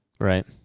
Right